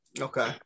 okay